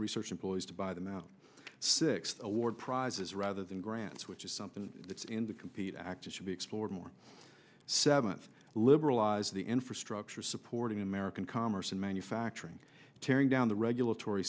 research employees to buy them out six award prizes rather than grants which is something that's in the compete act and should be explored more sevenths liberalize the infrastructure supporting american commerce in manufacturing tearing down the regulatory